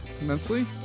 immensely